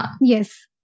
Yes